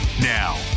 Now